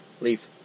Leave